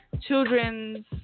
children's